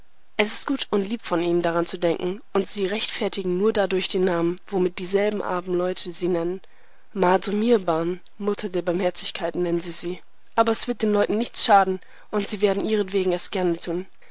es ist gut und lieb von ihnen daran zu denken und sie rechtfertigen nur dadurch den namen womit dieselben armen leute sie nennen mdr mihrbn mutter der barmherzigkeit nennen sie sie aber es wird den leuten nichts schaden und sie werden ihretwegen es gerne tun